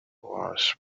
was